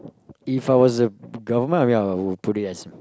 If I was a government I mean I would put it as